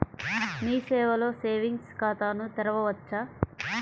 మీ సేవలో సేవింగ్స్ ఖాతాను తెరవవచ్చా?